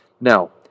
Now